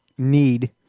need